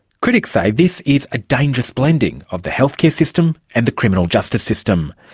critics say this is a dangerous blending of the healthcare system and the criminal justice system.